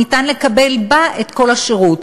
אפשר לקבל בה את כל השירות.